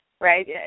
right